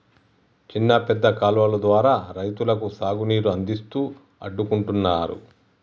చిన్న పెద్ద కాలువలు ద్వారా రైతులకు సాగు నీరు అందిస్తూ అడ్డుకుంటున్నారు